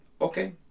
Okay